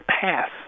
pass